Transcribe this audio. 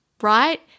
right